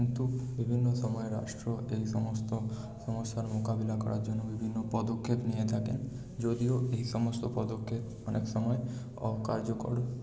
কিন্তু বিভিন্ন সময় রাষ্ট্র এই সমস্ত সমস্যার মোকাবিলা করার জন্য বিভিন্ন পদক্ষেপ নিয়ে থাকেন যদিও এই সমস্ত পদক্ষেপ অনেক সময় অকার্যকর